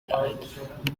died